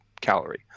calorie